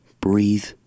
breathe